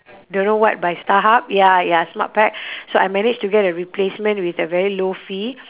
don't know what by Starhub ya ya SmartPac so I managed to get a replacement with a very low fee